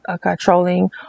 controlling